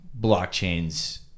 blockchains